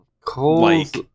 cold